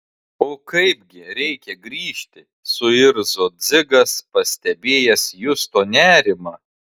o kaipgi reikia grįžti suirzo dzigas pastebėjęs justo nerimą